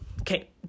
okay